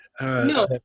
No